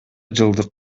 жылдык